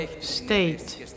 state